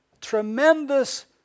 tremendous